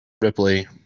Ripley